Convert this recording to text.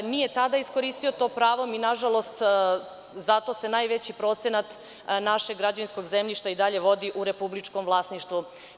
Nije tada iskoristio to pravo, mi nažalost, za to se najveći procenat našeg građevinskog zemljišta i dalje vodi u republičkom vlasništvu.